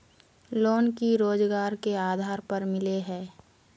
Loan की रोजगार के आधार पर मिले है?